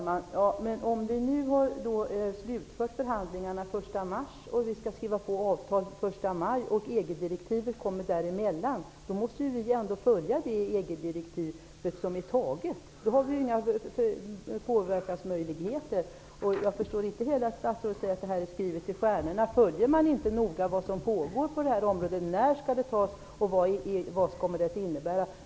Herr talman! Men om förhandlingarna har avslutats den 1 mars och vi skall skriva på avtalet den 1 maj och EG-direktivet kommer däremellan, måste vi ju följa det EG-direktiv som är taget. Då har vi inga påverkansmöjligheter. Jag förstår inte att statsrådet kan säga att det här är skrivet i stjärnorna. Följer man inte noga vad som pågår på det här området? När skall direktivet antas? Vad kommer det att innebära?